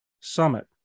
summit